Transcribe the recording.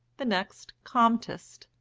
the next comtist,